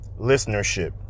listenership